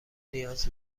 نیاز